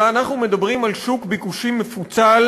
אלא אנחנו מדברים על שוק ביקושים מפוצל,